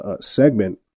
segment